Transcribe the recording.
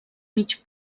mig